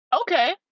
Okay